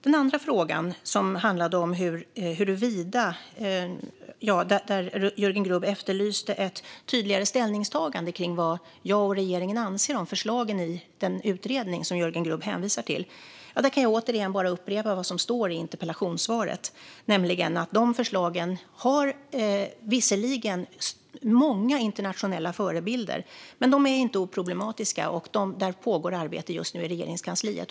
När det gäller den andra frågan, där Jörgen Grubb efterlyste ett tydligare ställningstagande kring vad jag och regeringen anser om förslagen i den utredning som Jörgen Grubb hänvisar till, kan jag återigen bara upprepa vad som står i interpellationssvaret, nämligen att de förslagen visserligen har många internationella förebilder men inte är oproblematiska. Arbete pågår just nu i Regeringskansliet.